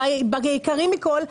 ביקרים מכול,